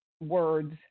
words